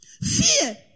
Fear